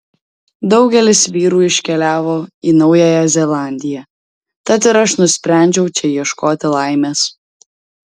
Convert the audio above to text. daugelis vyrų iškeliavo į naująją zelandiją tad ir aš nusprendžiau čia ieškoti laimės